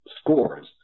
scores